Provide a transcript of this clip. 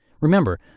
Remember